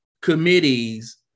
committees